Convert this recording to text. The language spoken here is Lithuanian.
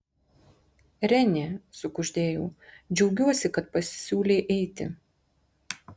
renė sukuždėjau džiaugiuosi kad pasisiūlei eiti